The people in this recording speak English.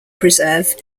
preserve